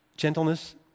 gentleness